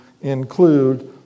include